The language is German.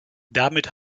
damit